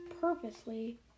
purposely